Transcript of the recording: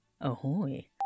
ahoy